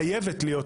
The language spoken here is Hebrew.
חייבת להיות,